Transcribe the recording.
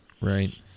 Right